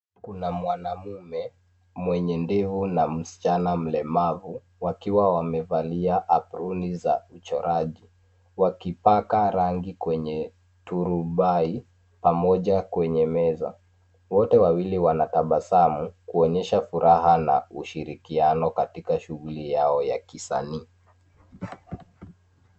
Kuna mwanamume, mwenye ndevu na msichana mlemavu, wakiwa wamevalia aproni za uchoraji .Wakipaka rangi kwenye turubai pamoja kwenye meza, wote wawili wanatabasamu ,kuonyesha furaha na ushirikiano katika shughuli yao ya kisanii.